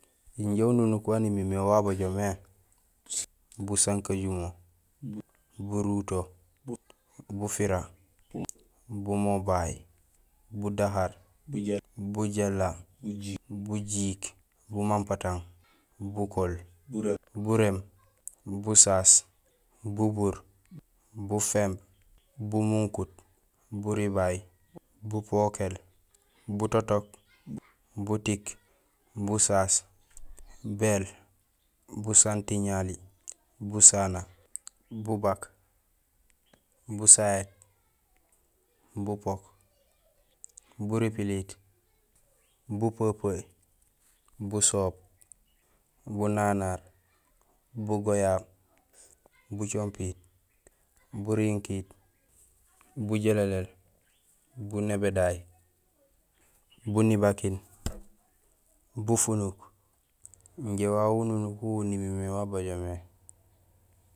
Injé ununuk wan imimé wa bajo mé busankajumo buruto bufira bumobay budahar bujééla bujiik bumampatang bukool buréém busaas bubuur buféémb bumunkut buribay bupokél butotk butik busaas béél busantiñali busana bubak busahét bupok buripiliit bupepeey busoob bunanar bugoyab bujompiit burinkiit bujéléléél bunébéday bunivikiin bufunuk injé wawé ununuk wo nimimé wa bajo mé.